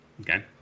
Okay